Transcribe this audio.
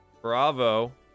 Bravo